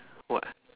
what